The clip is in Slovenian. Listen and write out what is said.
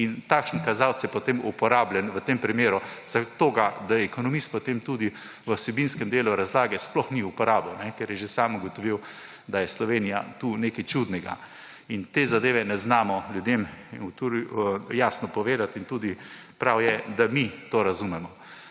In takšni kazalec je potem uporabljen v tem primeru za to, da je ekonomist potem tudi v vsebinskem delu razlage sploh ni uporabil, ker je že sam ugotovil, da je Slovenija tukaj nekaj čudnega in te zadeve ne znamo ljudem jasno povedati. In tudi prav je, da mi to razumemo,